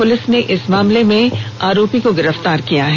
police ने इस मामले में आरोपी को गिरफ्तार किया है